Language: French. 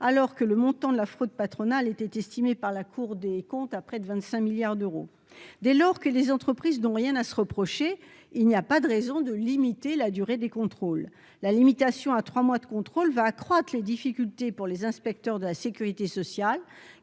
alors que le montant de la fraude patronale est estimé par la Cour des comptes à près de 25 milliards d'euros. Dès lors que les entreprises n'ont rien à se reprocher, il n'y a pas de raison de limiter la durée des contrôles. La limitation des contrôles à trois mois contribuera à accroître les difficultés pour les inspecteurs de la sécurité sociale,